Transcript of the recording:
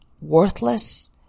worthless